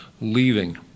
leaving